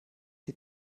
die